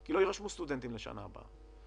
כי לא יירשמו סטודנטים לשנה הבאה.